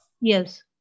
Yes